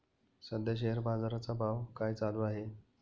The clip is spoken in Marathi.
सध्या शेअर बाजारा चा भाव काय चालू आहे?